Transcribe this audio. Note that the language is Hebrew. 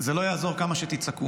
זה לא יעזור כמה שתצעקו.